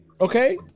Okay